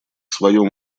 своем